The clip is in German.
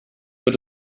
wird